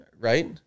right